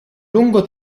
lungo